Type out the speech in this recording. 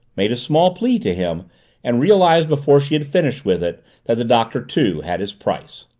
made a small plea to him and realized before she had finished with it that the doctor too had his price.